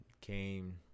came